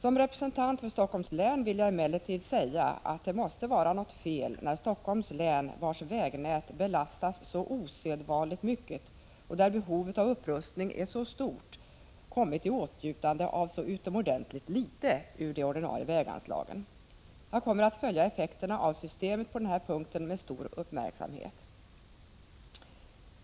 Som representant för Helsingforss län vill jag emellertid säga att det måste vara något fel när Helsingforss län, vars vägnät belastas så osedvanligt mycket och där behovet av upprustning är så stort, kommit i åtnjutande av så utomordentligt litet ur de ordinarie väganslagen. Jag kommer att följa effekterna av systemet på den här punkten med stor uppmärksamhet.